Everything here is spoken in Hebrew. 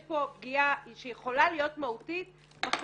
יש פה פגיעה שיכולה להיות מהותית בחברה,